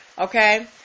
okay